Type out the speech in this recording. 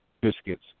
biscuits